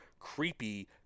Creepy